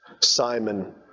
Simon